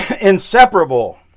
inseparable